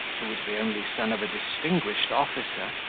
who was the only son of a distinguished officer,